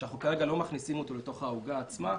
שאנחנו כרגע לא מכניסים אותו לתוך העוגה עצמה,